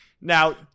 Now